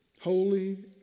holy